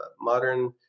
modern